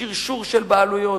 שרשור של בעלויות.